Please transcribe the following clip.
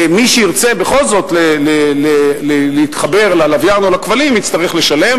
ומי שירצה בכל זאת להתחבר ללוויין או לכבלים יצטרך לשלם.